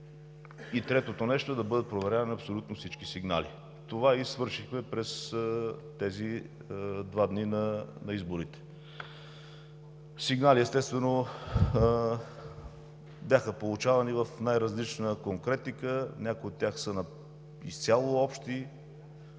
и третото нещо е да бъдат проверявани абсолютно всички сигнали. Това и свършихме през тези два дни на изборите. Сигнали естествено бяха получавани в най-различна конкретика, някои от тях са изцяло общи.